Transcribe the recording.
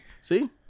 See